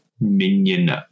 minion